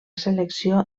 selecció